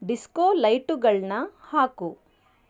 disco ಲೈಟುಗಳನ್ನ ಹಾಕು